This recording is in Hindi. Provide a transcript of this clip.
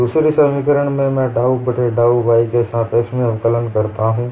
दूसरी समीकरण में मैं डाउ बट्टे डाउ y के सापेक्ष में अवकलन करता हूं